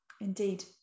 Indeed